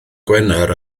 gwener